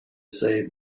save